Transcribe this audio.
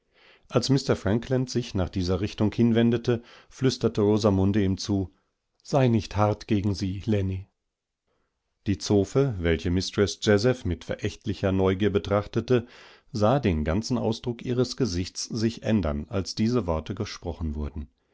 als mr frankland sich nach dieser richtung hinwendete flüsterte rosamunde ihm zu seinichthartgegensie lenny die zofe welche mistreß jazeph mit verächtlicher neugier betrachtete sah den ganzen ausdruck ihres gesichts sich ändern als diese worte gesprochen wurden